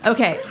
Okay